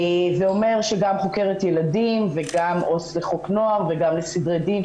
זה אומר שגם חוקרת ילדים וגם עו"ס לחוק נוער וגם לסדרי דין,